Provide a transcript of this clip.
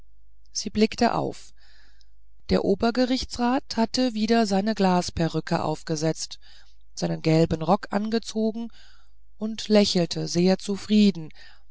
sie blickte auf der obergerichtsrat hatte wieder seine glasperücke aufgesetzt seinen gelben rock angezogen und lächelte sehr zufrieden